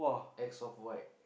X off white